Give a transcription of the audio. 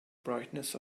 brightness